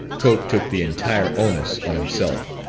cope took the entire onus on himself.